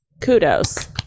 Kudos